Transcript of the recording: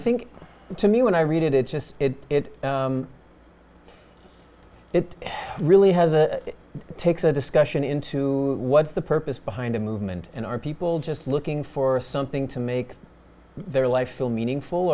think to me when i read it it just it it really has a takes a discussion into what is the purpose behind a movement and are people just looking for something to make their life feel meaningful